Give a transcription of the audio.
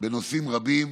בנושאים רבים,